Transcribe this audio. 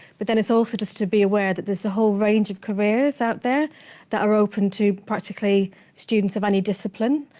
but then it's also just to be aware that there's a whole range of careers out there that are open to practically students of any discipline.